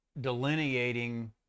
delineating